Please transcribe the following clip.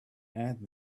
add